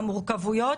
המורכבויות